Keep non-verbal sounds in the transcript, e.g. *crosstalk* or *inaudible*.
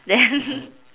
then *breath*